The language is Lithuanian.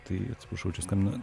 tai atsiprašau čia skambina